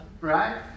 Right